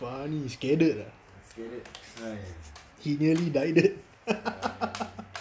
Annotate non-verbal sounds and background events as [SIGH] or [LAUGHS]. funny scared he nearly died [LAUGHS]